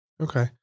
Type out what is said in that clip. Okay